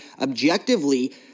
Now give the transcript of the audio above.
objectively